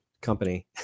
company